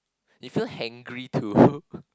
you feel hangry too